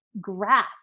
grasp